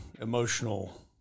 emotional